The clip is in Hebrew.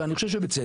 ואני חושב שבצדק,